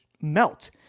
melt